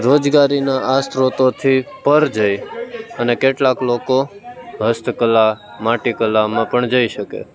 રોજગારીના આ સ્રોતોથી પર જઈ અને કેટલાક લોકો હસ્તકલા માટીકલામાં પણ જઈ શકે